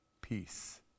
Peace